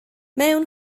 mewn